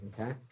okay